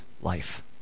life